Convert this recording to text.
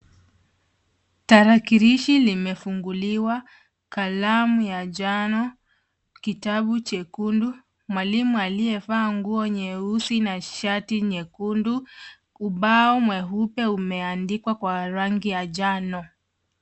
Tarakilishi limefunguliwa, kalamu ya njano, kitabu chekundu, mwalimu aliyevaa nguo nyeusi na shati nyekundu. Ubao mweupe umeandikwa kwa rangi ya njano.